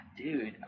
dude